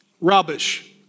Rubbish